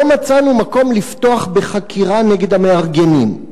לא מצאנו מקום לפתוח בחקירה נגד המארגנים.